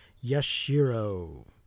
Yashiro